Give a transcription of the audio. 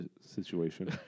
situation